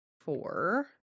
four